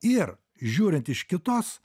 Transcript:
ir žiūrint iš kitos